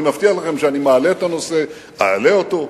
אני מבטיח לכם שאני מעלה את הנושא, אעלה אותו,